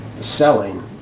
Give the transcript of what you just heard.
selling